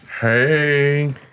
Hey